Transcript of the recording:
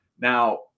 Now